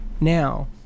now